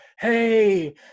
hey